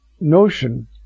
notion